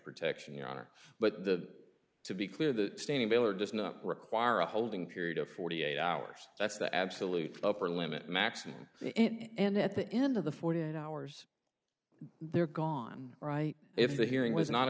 protection your honor but the to be clear the standing bill or does not require a holding period of forty eight hours that's the absolute upper limit maximum and at the end of the forty eight hours they're gone right if the hearing was not